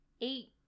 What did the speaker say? Eight